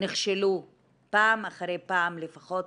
נכשלו פעם אחר פעם, לפחות